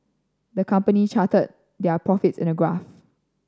the company charted their profits in a graph